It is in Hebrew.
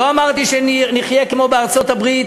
לא אמרתי שנחיה כמו בארצות-הברית,